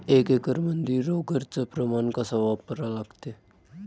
एक एकरमंदी रोगर च प्रमान कस वापरा लागते?